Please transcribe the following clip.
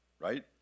right